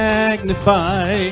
Magnify